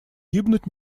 гибнуть